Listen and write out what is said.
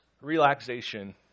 relaxation